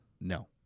No